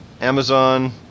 Amazon